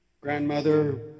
Grandmother